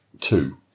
Two